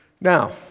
Now